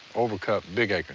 overcut big acorn.